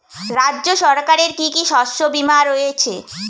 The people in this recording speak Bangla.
রাজ্য সরকারের কি কি শস্য বিমা রয়েছে?